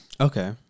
Okay